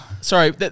Sorry